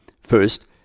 First